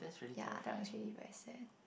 ya that was really very sad